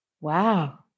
Wow